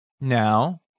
Now